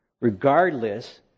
regardless